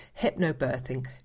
hypnobirthing